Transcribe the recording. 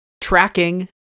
tracking